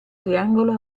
triangolo